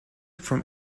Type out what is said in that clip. from